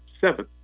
seven